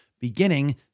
beginning